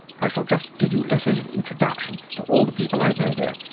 i shall just give you letters of introduction to all the people i know there.